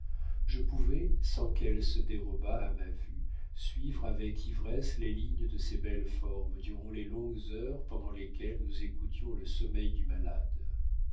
je pouvais sans qu'elle se dérobât à ma vue suivre avec ivresse les lignes de ses belles formes durant les longues heures pendant lesquelles nous écoutions le sommeil du malade